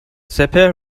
سپهر